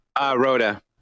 Rhoda